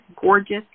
gorgeous